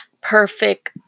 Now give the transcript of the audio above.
perfect